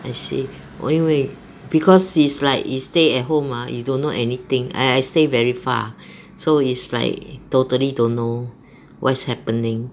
I see 我以为 because it's like it's stay at home mah you don't know anything I I stay very far so is like totally don't know what is happening